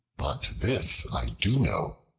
but this i do know,